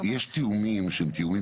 תיאומים שהם תיאומים